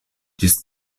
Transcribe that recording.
ĝis